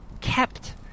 kept